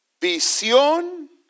Visión